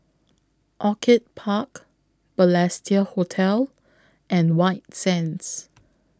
Orchid Park Balestier Hotel and White Sands